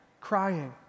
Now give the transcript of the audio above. crying